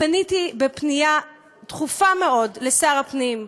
פניתי בפנייה דחופה מאוד לשר הפנים,